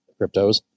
cryptos